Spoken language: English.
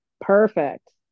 Perfect